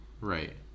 Right